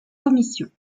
commissions